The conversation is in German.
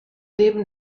neben